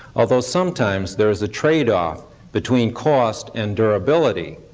although sometimes there is a trade-off between cost and durability.